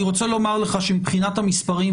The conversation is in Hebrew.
אני רוצה לומר לך שמבחינת המספרים,